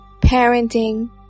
Parenting